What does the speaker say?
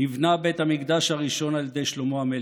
נבנה בית המקדש הראשון על ידי שלמה המלך,